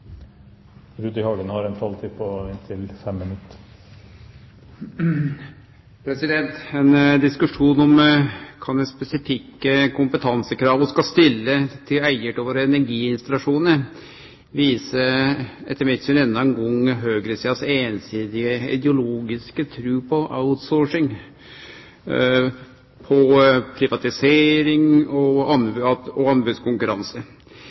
andre innlegg. Ein diskusjon om kva for spesifikke kompetansekrav vi skal stille til eigarar av energiinstallasjonane våre, viser etter mitt syn endå ein gong høgresidas einsidige ideologiske tru på outsourcing, på privatisering og anbodskonkurranse. Men er det alltid svaret for å få ei effektiv og